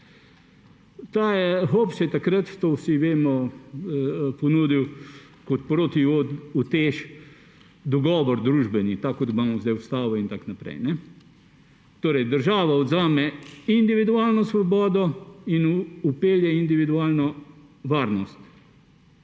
Tako je Hobbes takrat, to vsi vemo, ponudil kot protiutež dogovor družbeni, tak kot imamo zdaj ustavo in tako naprej. Torej, država vzame individualno svobodo in vpelje individualno varnost.